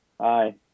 Hi